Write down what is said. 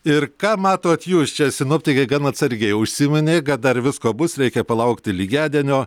ir ką matot jūs čia sinoptikė gan atsargiai užsiminė kad dar visko bus reikia palaukti lygiadienio